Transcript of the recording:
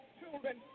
children